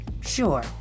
sure